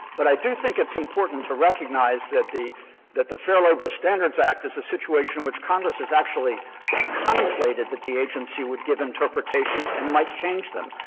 but i do think it's important to recognize that the that the fair labor standards act is a situation which congress has actually contemplated that the agency would give interpretations and might change them.